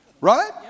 Right